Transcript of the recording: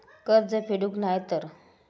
कर्ज फेडूक नाय तर?